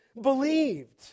believed